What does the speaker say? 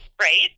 right